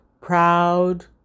proud